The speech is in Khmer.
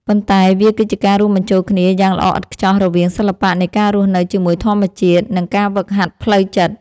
ប៉ុន្តែវាគឺជាការរួមបញ្ចូលគ្នាយ៉ាងល្អឥតខ្ចោះរវាង សិល្បៈនៃការរស់នៅជាមួយធម្មជាតិ និង ការហ្វឹកហាត់ផ្លូវចិត្ត។